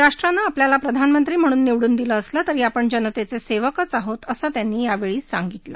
राष्ट्राने आपल्याला प्रधानमंत्री म्हणून निवडून दिलं असलं तरी आपण जनतेचे सेवकच आहोत असं त्यांनी यावेळी सांगितलं